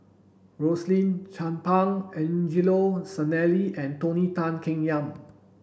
Rosaline Chan Pang Angelo Sanelli and Tony Tan Keng Yam